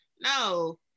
no